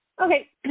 Okay